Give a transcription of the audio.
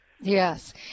Yes